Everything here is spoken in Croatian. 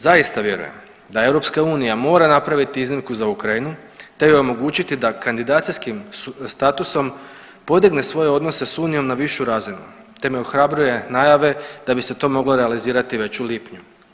Zaista vjerujem da EU mora napraviti iznimku za Ukrajinu te joj omogućiti da kandidacijskim statusom podigne svoje odnose s Unijom na višu razinu te me ohrabruje najave da bi se to moglo realizirati već u lipnju.